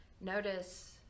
Notice